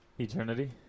Eternity